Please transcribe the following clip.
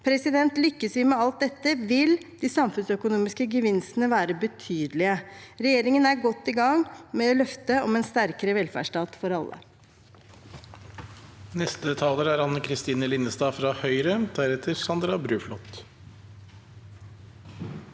beina. Lykkes vi med alt dette, vil de samfunnsøkonomiske gevinstene være betydelige. Regjeringen er godt i gang med løftet om en sterkere velferdsstat for alle.